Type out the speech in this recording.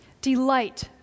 Delight